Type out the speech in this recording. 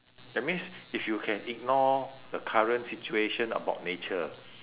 that means if you can ignore the current situation about nature